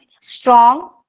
strong